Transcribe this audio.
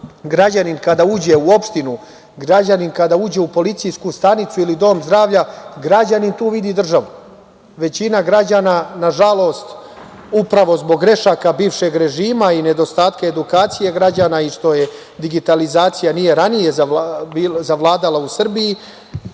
građanin kada uđe u opštinu, građanin kada uđe u policijsku stanicu ili dom zdravlja, građanin tu vidi državu. Većina građana, nažalost, upravo zbog grešaka bivšeg režima i nedostatka edukacije građana i što digitalizacija nije ranije zavladala u Srbiji,